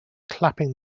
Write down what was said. clapping